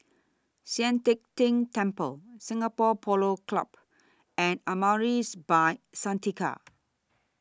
Sian Teck Tng Temple Singapore Polo Club and Amaris By Santika